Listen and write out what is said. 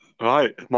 Right